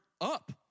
up